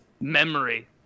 memory